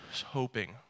hoping